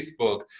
Facebook